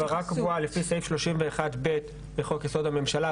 העברה קבועה לפי סעיף 31(ב) לחוק יסוד הממשלה,